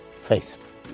Faith